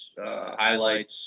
highlights